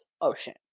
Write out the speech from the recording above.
ocean